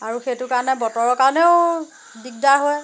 আৰু সেইটো কাৰণে বতৰৰ কাৰণেও দিগদাৰ হয়